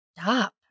stop